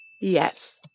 Yes